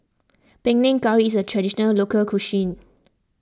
Panang Curry is a Traditional Local Cuisine